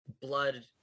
blood